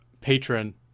patron